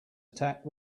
attack